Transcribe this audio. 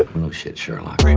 no shit, sherlock. i mean